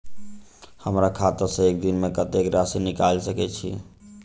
हमरा खाता सऽ एक दिन मे कतेक राशि निकाइल सकै छी